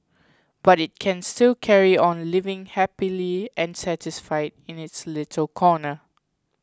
but it can still carry on living happily and satisfied in its little corner